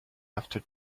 after